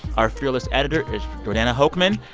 our fearless editor is jordana hochman.